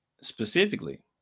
specifically